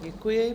Děkuji.